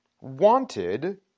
wanted